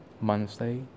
Monday